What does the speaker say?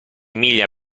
miglia